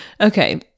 okay